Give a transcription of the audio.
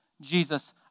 Jesus